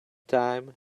time